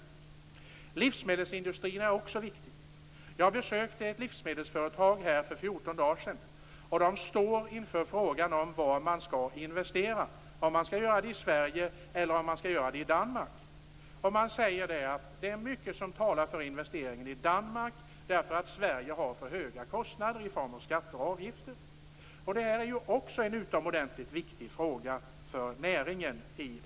Frågan om livsmedelsindustrierna är också viktig. Jag besökte för 14 dagar sedan ett livsmedelsföretag, där man står inför frågan om var man skall investera, i Sverige eller i Danmark. Vad man säger är att det är mycket som talar för en investering i Danmark därför att Sverige har för höga kostnader i form av skatter och avgifter. Detta är ju också en utomordentligt viktig fråga för näringen.